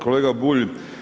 Kolega Bulj.